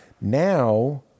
Now